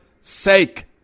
sake